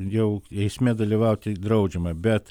jau eisme dalyvauti draudžiama bet